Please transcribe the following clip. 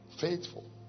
Faithful